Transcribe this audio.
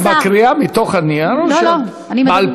את מקריאה מתוך הנייר או שבעל-פה?